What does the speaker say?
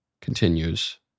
continues